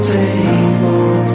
table